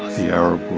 the arab